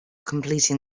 completing